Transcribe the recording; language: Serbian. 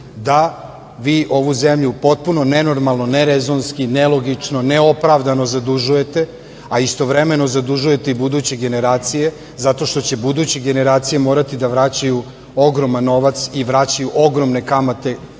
da vi ovu zemlju potpuno nenormalno, nerezonski, nelogično, neopravdano zadužujete, a istovremeno zadužujete i buduće generacije, zato što će buduće generacije morati da vraćaju ogroman novac i vraćaju ogromne kamate, mislim